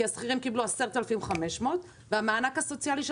כי השכירים קיבלו 10,500 והמענק הסוציאלי של